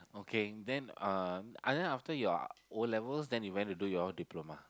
okay then um and then after your O-levels then you went to do your diploma